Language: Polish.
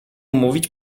mówić